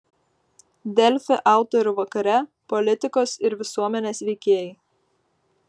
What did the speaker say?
delfi autorių vakare politikos ir visuomenės veikėjai